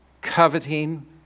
coveting